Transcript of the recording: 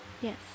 Yes